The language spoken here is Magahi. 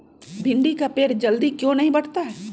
भिंडी का पेड़ जल्दी क्यों नहीं बढ़ता हैं?